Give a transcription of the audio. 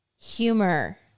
humor